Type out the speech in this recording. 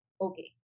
okay